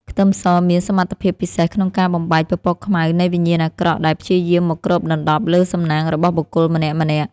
ខ្ទឹមសមានសមត្ថភាពពិសេសក្នុងការបំបែកពពកខ្មៅនៃវិញ្ញាណអាក្រក់ដែលព្យាយាមមកគ្របដណ្តប់លើសំណាងរបស់បុគ្គលម្នាក់ៗ។